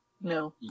No